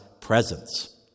presence